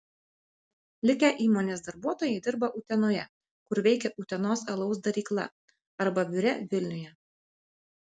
likę įmonės darbuotojai dirba utenoje kur veikia utenos alaus darykla arba biure vilniuje